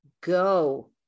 go